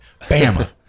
Bama